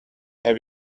have